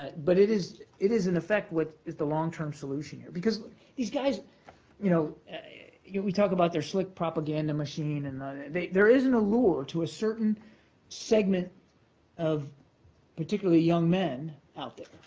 but it is it is in effect what is the long-term solution here. because these guys you know yeah we talk about their slick propaganda machine and the there is an allure to a certain segment of particularly young men out there,